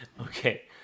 Okay